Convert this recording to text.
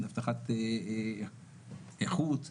אבטחת איכות,